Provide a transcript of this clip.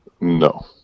no